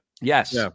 Yes